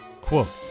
Quote